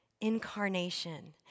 Incarnation